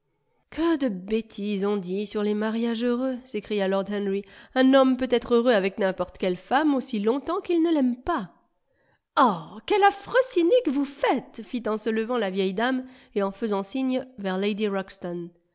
que de bêtises on dit sur les mariages heureux s'écria lord henry un homme peut être heureux avec réimporte quelle femme aussi longtemps qu'il ne l'aime pas ah quelle affreuse cynique vous faites fit en se levant la vieille dame et en faisant un signe vers lady ruxton